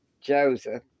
Joseph